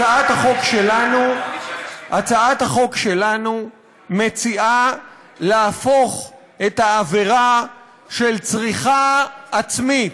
הצעת החוק שלנו מציעה להפוך את העבירה של צריכה עצמית,